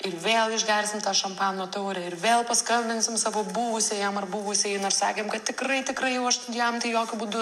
ir vėl išgersim tą šampano taurę ir vėl paskambinsim savo buvusiajam ar buvusiajai nors sakėm kad tikrai tikrai jau aš jam tai jokiu būdu